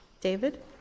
David